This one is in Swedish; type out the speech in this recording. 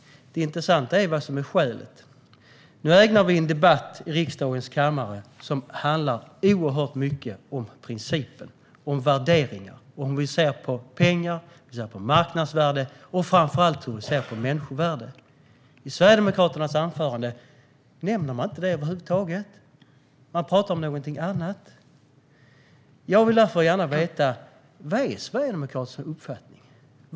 Det intressanta är vad som är skälet. Nu ägnar vi oss åt en debatt i riksdagens kammare som handlar oerhört mycket om principer, om värderingar, om hur vi ser på pengar och marknadsvärde och framför allt om hur vi ser på människovärde. I Sverigedemokraternas anförande nämner man inte detta över huvud taget. Man talar om någonting annat. Jag vill därför gärna veta: Vad är Sverigedemokraternas uppfattning?